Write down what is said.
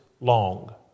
long